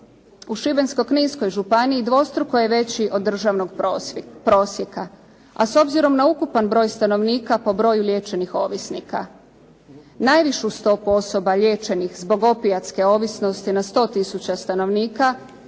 u Šibensko-kninskoj županiji dvostruko je veći od državnog prosjeka, a s obzirom na ukupan broj stanovnika po broju liječenih ovisnika najvišu stopu osoba liječenih zbog opijatske ovisnosti na 100 tisuća stanovnika